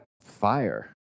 fire